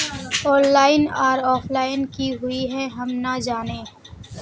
Online आर offline की हुई है हम ना जाने?